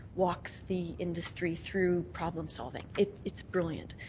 walks the industry through problem solving. it's it's brilliant.